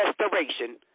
restoration